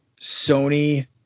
Sony